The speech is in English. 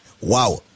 Wow